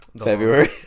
February